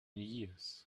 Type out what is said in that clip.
years